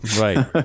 right